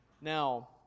Now